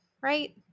right